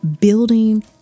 building